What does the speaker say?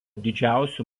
didžiausiu